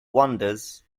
wanders